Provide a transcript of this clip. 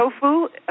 tofu